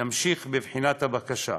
ימשיך בבחינת הבקשה.